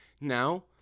now